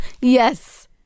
yes